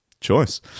choice